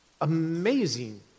Amazing